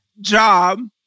job